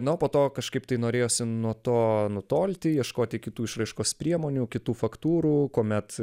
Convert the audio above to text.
nu o po to kažkaip tai norėjosi nuo to nutolti ieškoti kitų išraiškos priemonių kitų faktūrų kuomet